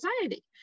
anxiety